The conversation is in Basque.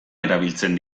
erabiltzen